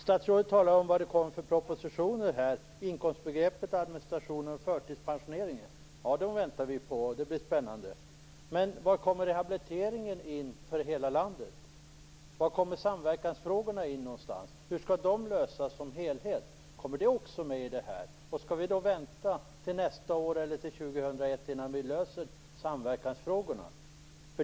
Statsrådet talar om vad det kommer för propositioner här; inkomstbegreppet, administrationen och förtidspensioneringen. Ja, det väntar vi på. Det blir spännande. Men var kommer rehabiliteringen in för hela landet? Var kommer samverkansfrågorna in? Hur skall de lösas som helhet? Kommer de också med i det här? Skall vi vänta till nästa år eller till år 2001 innan vi löser samverkansfrågorna?